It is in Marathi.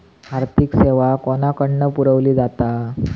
आर्थिक सेवा कोणाकडन पुरविली जाता?